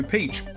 Peach